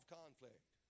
conflict